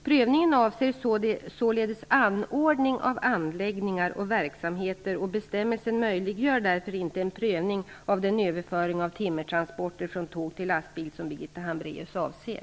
Prövningen avser således anordning av anläggningar och verksamheter, och bestämmelsen möjliggör därför inte en prövning av den överföring av timmertransporter från tåg till lastbil som Birgitta Hambraeus avser.